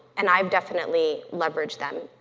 and i definitely leverage them.